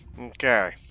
Okay